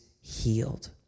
healed